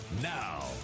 Now